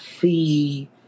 see